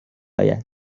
اید